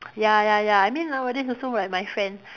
ya ya ya I mean nowadays also like my friend